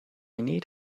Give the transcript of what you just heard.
need